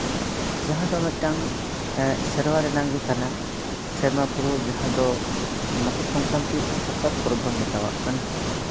ᱡᱟᱦᱟᱸ ᱫᱚ ᱢᱤᱫᱴᱟᱝ ᱥᱮᱨᱣᱟ ᱨᱮᱱᱟᱝ ᱜᱮ ᱠᱟᱱᱟ ᱥᱮᱨᱢᱟ ᱯᱩᱨᱟᱹᱣ ᱡᱟᱦᱟᱸ ᱫᱚ ᱢᱚᱠᱚᱨ ᱥᱚᱝᱠᱨᱟᱱᱛᱤ ᱥᱟᱠᱨᱟᱛ ᱯᱚᱨᱚᱵᱽ ᱵᱚᱱ ᱢᱮᱛᱟᱣᱟᱜ ᱠᱟᱱᱟ